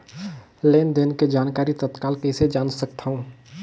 लेन देन के जानकारी तत्काल कइसे जान सकथव?